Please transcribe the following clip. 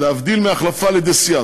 להבדיל מהחלפה על-ידי סיעה,